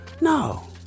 no